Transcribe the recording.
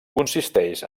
consisteix